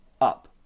up